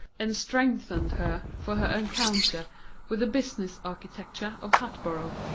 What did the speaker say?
and strengthened her for her encounter with the business architecture of hatboro',